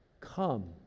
Come